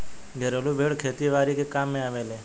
घरेलु भेड़ खेती बारी के कामे आवेले